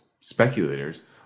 speculators